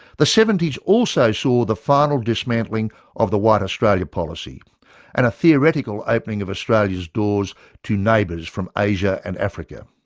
the seventy s also saw the final dismantling of the white australia policy and a theoretical opening of australia's doors to neighbours from asia and africa.